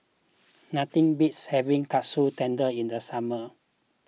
nothing beats having Katsu Tendon in the summer